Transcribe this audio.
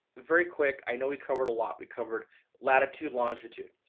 very quick, i know we covered a lot we covered latitude, longitude,